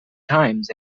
times